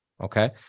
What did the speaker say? Okay